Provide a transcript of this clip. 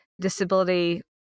disability